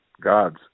God's